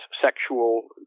sexual